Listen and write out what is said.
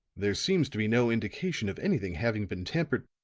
there seems to be no indication of anything having been tampered